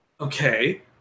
okay